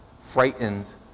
frightened